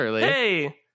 Hey